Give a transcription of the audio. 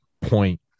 point